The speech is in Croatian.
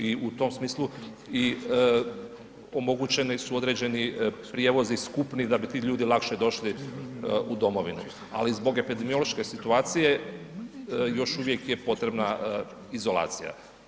I u tom smislu omogućeni su određeni prijevozi skupni da bi ti ljudi lakše došli u domovinu, ali zbog epidemiološke situacije još uvijek je potrebna izolacija.